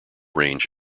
range